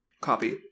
Copy